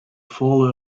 folly